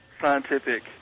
scientific